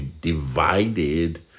divided